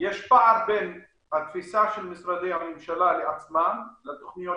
יש פער בין התפיסה של משרדי הממשלה את עצמם ואת התוכניות